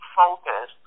focus